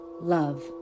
love